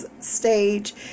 stage